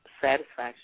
satisfaction